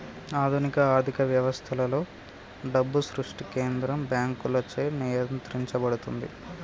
ఆధునిక ఆర్థిక వ్యవస్థలలో, డబ్బు సృష్టి కేంద్ర బ్యాంకులచే నియంత్రించబడుతుంది